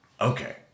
okay